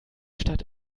stadt